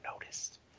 noticed